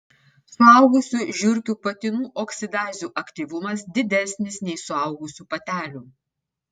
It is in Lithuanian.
suaugusių žiurkių patinų oksidazių aktyvumas didesnis nei suaugusių patelių